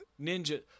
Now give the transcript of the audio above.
ninja